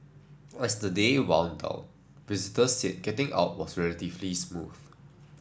as the day wound down visitors said getting out was relatively smooth